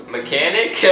Mechanic